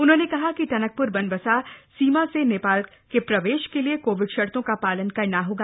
उन्होंन कहा कि टनकप्र बनबसा सीमा से नप्राल प्रवश का लिए कोविड शर्तो का पालन करना होगा